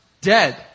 dead